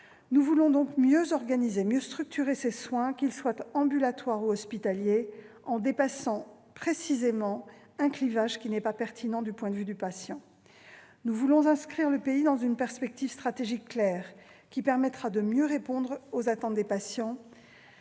Nous voulons donc mieux organiser, mieux structurer ces soins, qu'ils soient ambulatoires ou hospitaliers, en dépassant précisément un clivage qui n'est pas pertinent du point de vue du patient. Nous voulons inscrire le pays dans une perspective stratégique claire, qui permettra de mieux répondre aux attentes des patients